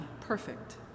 perfect